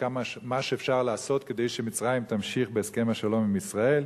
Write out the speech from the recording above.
מה אפשר לעשות כדי שמצרים תמשיך בהסכם השלום עם ישראל,